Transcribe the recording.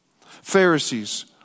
Pharisees